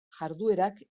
jarduerak